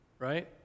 Right